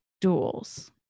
duels